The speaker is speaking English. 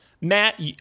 Matt